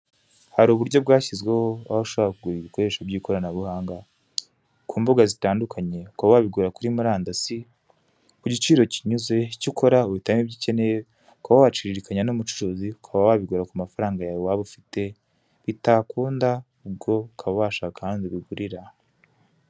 Hari uburyo bwashyizweho, aho ushobora kugura ibikoresho by'ikoranabuhanga ku mbuga zitandukanye, ukaba wabigurira kuri murandasi ku giciro kinyuze; cyakora uhitamo ibyo ukeneye, ukaba waciririkanya n'umucuruzi, ukaba wabigura ku mafaranga yawe waba ufite, bitakunda ubwo ukaba washaka ahandi ubigurira.